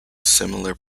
similar